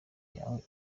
yawe